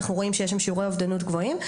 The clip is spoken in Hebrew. אנחנו רואים שיש שם שיעורי אובדנות גבוהים.